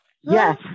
Yes